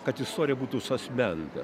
kad istorija būtų suasmeninta